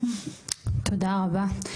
תודה רבה.